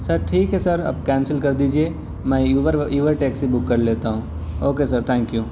سر ٹھیک ہے سر اب کینسل کر دیجیے میں یوبر یوبر ٹیکسی بک کر لیتا ہوں اوکے سر تھینک یو